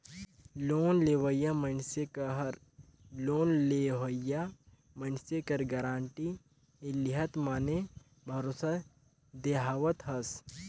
loan लेवइया मइनसे कहर लोन लेहोइया मइनसे कर गारंटी लेहत माने भरोसा देहावत हस